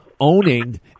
owning